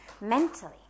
mentally